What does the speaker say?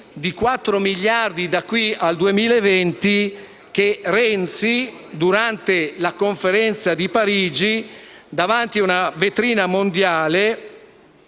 di 4 miliardi di euro da qui al 2020 che, durante la Conferenza di Parigi, davanti a una vetrina mondiale,